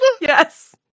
Yes